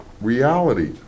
reality